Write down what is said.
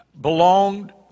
belonged